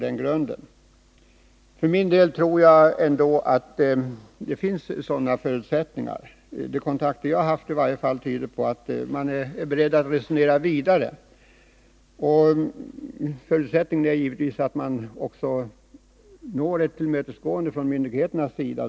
Jag tror för min del att det ändå finns förutsättningar för att göra det. I varje fall de kontakter jag har haft tyder på att man är beredd att resonera vidare. Förutsättningen är givetvis att man i förhandlingarna får ett tillmötesgående från myndigheternas sida.